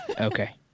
Okay